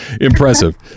impressive